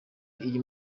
iyi